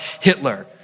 Hitler